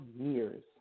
years